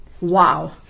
Wow